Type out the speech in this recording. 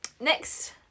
next